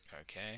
Okay